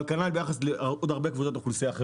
אבל גם ביחס לעוד הרבה קבוצות אחרות באוכלוסייה.